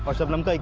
ah shabnam's like